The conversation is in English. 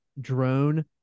drone